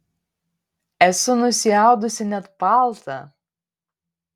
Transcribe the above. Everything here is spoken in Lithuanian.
esu nusiaudusi net paltą